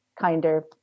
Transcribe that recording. kinder